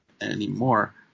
anymore